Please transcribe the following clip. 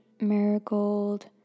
marigold